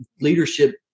leadership